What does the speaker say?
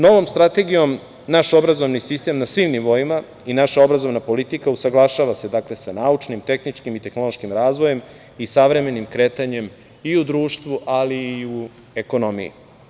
Novom strategijom naš obrazovni sistem na svim nivoima i naša obrazovna politika usaglašava se sa naučnim, tehničkim i tehnološkim razvojem i savremenim kretanjem i u društvu, ali i u ekonomiji.